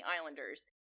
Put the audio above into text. Islanders